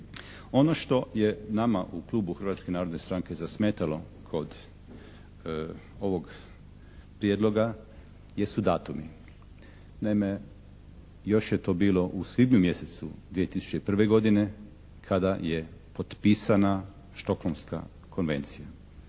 Ono što je nama u klubu Hrvatske narodne stranke zasmetalo kod ovog Prijedloga jesu datumi. Naime, još je to bilo u svibnju mjesecu 2001. godine kada je potpisana Stockholmska konvencija.